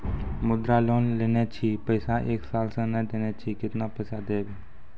मुद्रा लोन लेने छी पैसा एक साल से ने देने छी केतना पैसा देब?